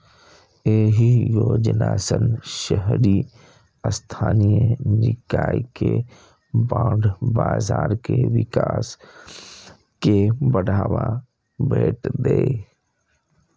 एहि योजना सं शहरी स्थानीय निकाय के बांड बाजार के विकास कें बढ़ावा भेटतै